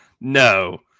No